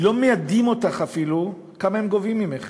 לא מיידעים אותך אפילו כמה הם גובים ממך.